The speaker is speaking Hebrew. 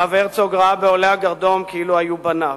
הרב הרצוג ראה בעולי הגרדום כאילו היו בניו.